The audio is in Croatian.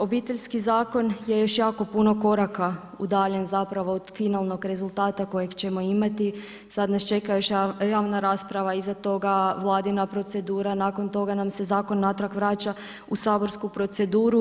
Obiteljski zakon je još jako puno koraka u daljem zapravo od finalnog rezultata kojeg ćemo imati, sada nas čeka još javna rasprava, iza toga Vladina procedura, nakon toga nam se zakon natrag vraća u saborsku proceduru.